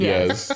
Yes